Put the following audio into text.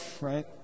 right